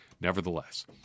Nevertheless